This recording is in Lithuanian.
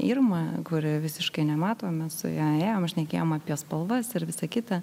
irma kuri visiškai nemato mes su ja ėjom šnekėjome apie spalvas ir visa kita